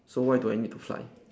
so why do I need to fly